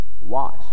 Watch